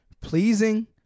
Pleasing